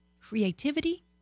creativity